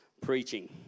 preaching